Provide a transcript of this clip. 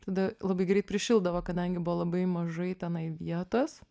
tada labai greit prišildavo kadangi buvo labai mažai tenai vietos